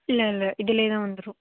இல்லை இல்லை இதுலேயேதான் வந்துடும்